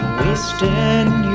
wasting